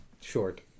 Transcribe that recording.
short